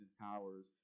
powers